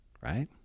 right